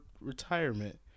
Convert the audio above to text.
retirement